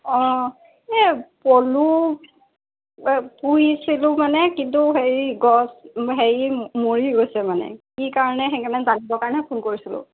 অঁ এই পলু পুহিছিলোঁ মানে কিন্তু হেৰি গছ হেৰি মৰি গৈছে মানে কি কাৰণে সেইকাৰণে জানিবৰ কাৰণেহে ফোন কৰিছিলোঁ